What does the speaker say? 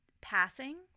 Passing